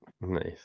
nice